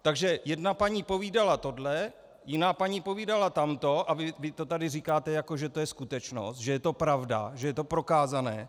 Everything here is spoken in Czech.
Takže jedna paní povídala tohle, jiná paní povídala tamto a vy to tady říkáte, že je to skutečnost, že je to pravda, že je to prokázané?